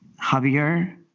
Javier